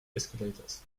escalators